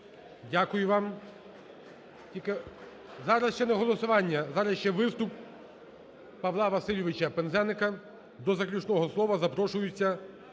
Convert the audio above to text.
Дякую вам. Зараз ще не голосування. Зараз ще виступ Павла Васильовича Пинзеника. До заключного слова запрошується